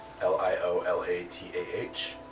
L-I-O-L-A-T-A-H